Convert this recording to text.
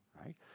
right